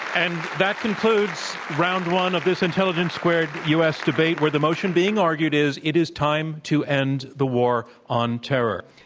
and that concludes round one of this intelligence squared u. s. debate, where the motion being argued is, it is time to end the war on terror.